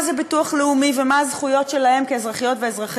ובר-קיימא באזור.